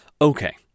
okay